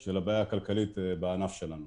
של הבעיה הכלכלית בענף שלנו,